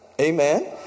Amen